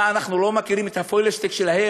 מה, אנחנו לא מכירים את הפוילעשטיק שלהם?